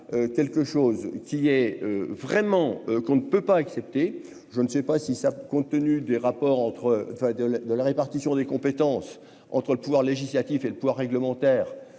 quelque chose qui est vraiment qu'on ne peut pas accepter, je ne sais pas si ça compte tenu des rapports entre fin de la de la répartition des compétences entre le pouvoir législatif et le pouvoir réglementaire,